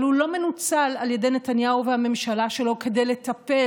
אבל הוא לא מנוצל על ידי נתניהו והממשלה שלו כדי לטפל